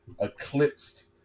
eclipsed